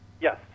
Yes